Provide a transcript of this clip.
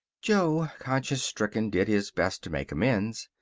jo, conscience-stricken, did his best to make amends.